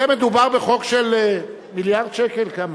זה, מדובר בחוק של מיליארד שקל, כמה?